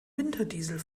winterdiesel